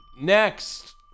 Next